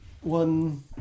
One